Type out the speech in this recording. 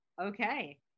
Okay